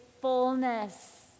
fullness